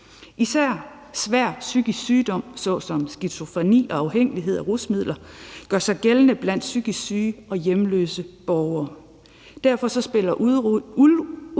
Især svær psykisk sygdom såsom skizofreni og afhængighed af rusmidler gør sig gældende blandt psykisk syge og hjemløse borgere. Derfor spiller udrulningen